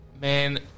man